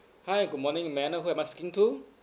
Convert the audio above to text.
hi good morning may I know who am I speaking to